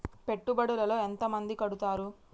పెట్టుబడుల లో ఎంత మంది కడుతరు?